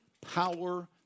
power